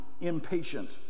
impatient